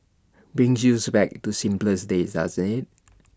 brings you's back to simpler days doesn't IT